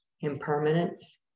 impermanence